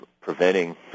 preventing